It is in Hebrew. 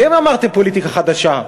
אתם אמרתם פוליטיקה חדשה,